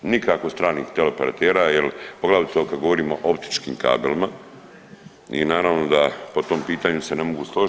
Nikako stranih teleoperatera, jer poglavito kad govorimo o optičkim kabelima i naravno da po tom pitanju se ne mogu složiti.